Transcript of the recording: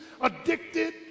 Addicted